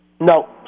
No